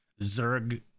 Zerg